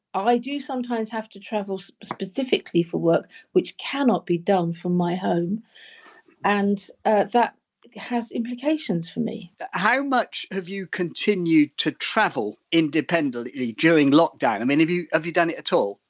i do sometimes have to travel specifically for work which cannot be done from my home and that has implications for me how much have you continued to travel independently during lockdown, i mean have you have you done it at all?